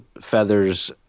feathers